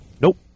Nope